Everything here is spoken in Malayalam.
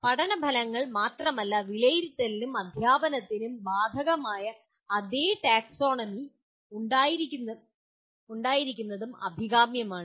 പഠന ഫലങ്ങൾക്ക് മാത്രമല്ല വിലയിരുത്തലിനും അദ്ധ്യാപനത്തിനും ബാധകമായ അതേ ടാക്സോണമി ഉണ്ടായിരിക്കുന്നതും അഭികാമ്യമാണ്